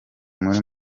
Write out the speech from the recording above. muri